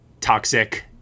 toxic